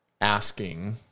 asking